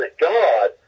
God